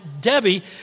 Debbie